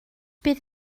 bydd